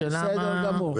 השאלה מה --- בסדר גמור.